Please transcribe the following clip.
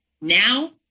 now